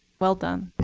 well done.